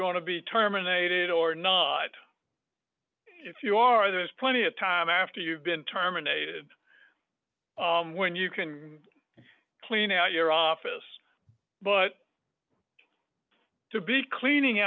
going to be terminated or not if you are there's plenty of time after you've been terminated when you can clean out your office but to be cleaning